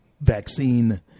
vaccine